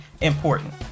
important